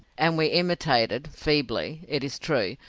and we imitated feebly, it is true,